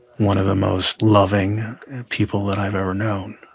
one of the most loving people that i've ever known,